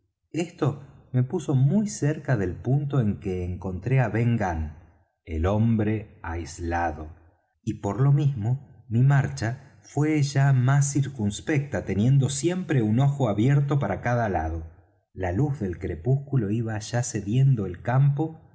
esto me puso muy cerca del punto en que encontré á ben gunn el hombre aislado y por lo mismo mi marcha fué ya más circunspecta teniendo siempre un ojo abierto para cada lado la luz del crepúsculo iba ya cediendo el campo